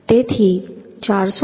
તેથી 455